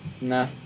Nah